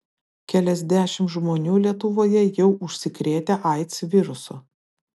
keliasdešimt žmonių lietuvoje jau užsikrėtę aids virusu